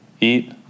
eat